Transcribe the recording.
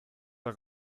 der